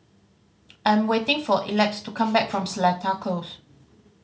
I'm waiting for Elex to come back from Seletar Close